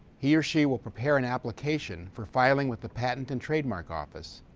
he or she will prepare an application for filing with the patent and trademark office,